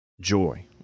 joy